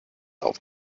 auf